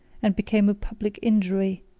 and became a public injury,